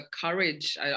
courage